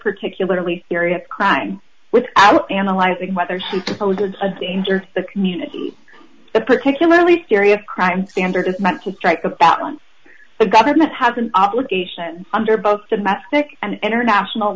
particularly serious crime without analyzing whether she did a danger the community but particularly serious crime standard is meant to strike a balance the government has an obligation under both domestic and international